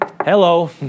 Hello